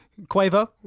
Quavo